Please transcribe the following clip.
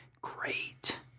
Great